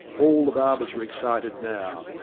all the barbers were excited now.